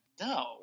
No